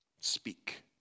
Speak